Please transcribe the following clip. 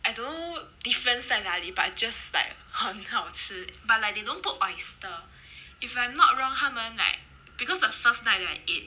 I don't know difference 在哪里 but just like 很好吃 but like they don't put oyster if I'm not wrong 他们 like because the first night that I ate